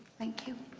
thank you.